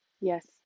Yes